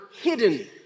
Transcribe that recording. hidden